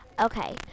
Okay